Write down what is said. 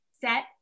set